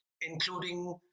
including